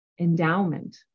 endowment